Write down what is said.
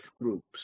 groups